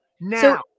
Now